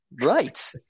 right